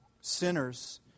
Sinners